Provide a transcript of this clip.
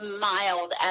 mild